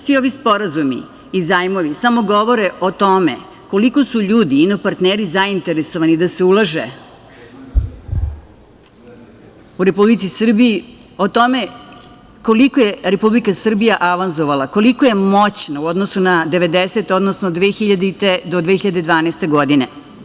Svi ovi sporazumi i zajmovi samo govore o tome koliko su ljudi, inoparnteri, zainteresovani da se ulaže u Republici Srbiji, o tome koliko je Republika Srbija avanzovala, koliko je moćna u odnosu na devedesete, odnosno 2000. do 2012. godine.